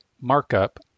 markup